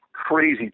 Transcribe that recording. crazy